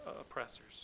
oppressors